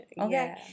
Okay